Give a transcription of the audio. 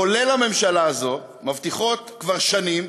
כולל הממשלה הזו, מבטיחות כבר שנים,